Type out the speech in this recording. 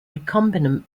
recombinant